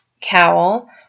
cowl